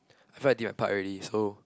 I feel like did their part already so